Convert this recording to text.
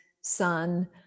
sun